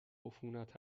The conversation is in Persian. عفونت